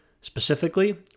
Specifically